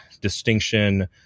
distinction